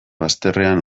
bazterrean